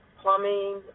plumbing